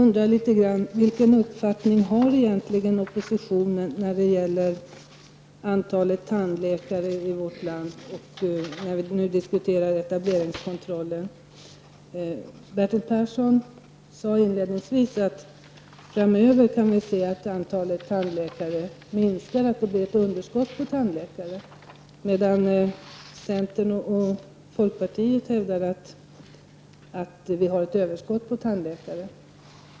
Herr talman! Jag undrar vilken uppfattning oppositionen egentligen har om antalet tandläkare i vårt land. Bertil Persson sade inledningsvis att man kan anta att antalet tandläkare framöver kommer att minska och att det blir ett underskott. Centern och folkpartiet däremot hävdar att vi har ett överskott på tandläkare.